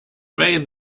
way